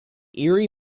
erie